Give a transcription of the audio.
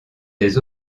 des